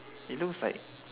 it looks like